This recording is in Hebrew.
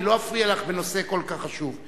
אני לא אפריע לך בנושא כל כך חשוב.